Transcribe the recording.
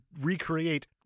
recreate